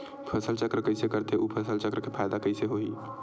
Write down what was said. फसल चक्र कइसे करथे उ फसल चक्र के फ़ायदा कइसे से होही?